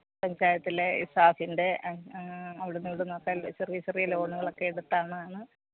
പഞ്ചായത്തിലെ ഇസാഫിൻ്റെ അവിടുന്ന് ഇവിടുന്നൊക്കെ ചെറിയ ചെറിയ ലോണുകളൊക്കെ എടുത്താണ്